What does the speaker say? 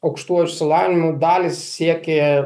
aukštuoju išsilavinimu dalys siekė